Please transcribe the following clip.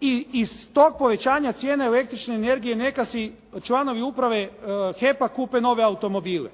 i iz tog povećanja cijene električne energije neka si članovi uprave HEP-a kupe nove automobile.